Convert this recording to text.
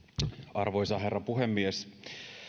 arvoisa herra puhemies